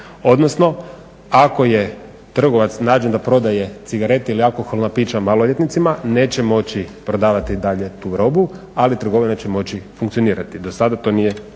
odnosno ako je trgovac nađen da prodaje cigarete ili alkoholna pića maloljetnicima, neće moći prodavati dalje tu robu, ali trgovina će moći funkcionirati, do sada to nije